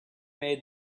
made